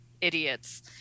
idiots